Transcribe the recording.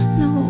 no